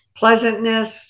pleasantness